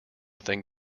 than